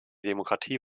demokratie